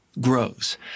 grows